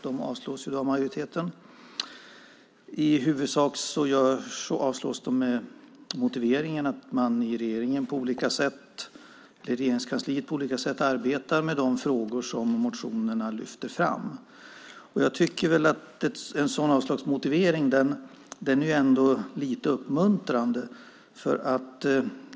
De avstyrks av majoriteten i huvudsak med motiveringen att man i Regeringskansliet på olika sätt arbetar med de frågor som motionerna lyfter fram. Jag tycker att en sådan avslagsmotivering ändå är lite uppmuntrande.